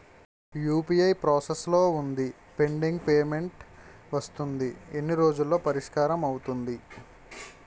UPI process లో వుందిపెండింగ్ payment వస్తుంది ఎన్ని రోజుల్లో పరిష్కారం అవుతుంది